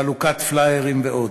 חלוקת פלאיירים ועוד.